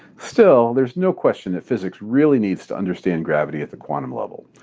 still, there is no question that physics really needs to understand gravity at the quantum level.